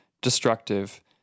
destructive